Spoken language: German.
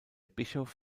bischof